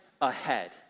ahead